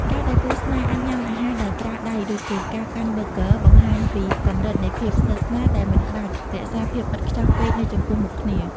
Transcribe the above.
ការដែលគូស្នេហ៍អាចញ៉ាំអាហារដោយប្រើដៃ ដូចជាការកាន់ប៊ឺហ្គឺ បង្ហាញពីកម្រិតនៃភាពស្និទ្ធស្នាលដែលមិនចាំបាច់រក្សាភាពឥតខ្ចោះពេកនៅចំពោះមុខគ្នា។